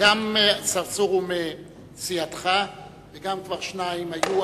גם צרצור הוא מסיעתך וגם כבר שניים היו,